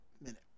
minute